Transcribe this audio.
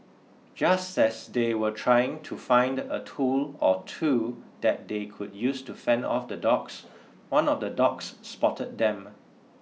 just as they were trying to find a tool or two that they could use to fend off the dogs one of the dogs spotted them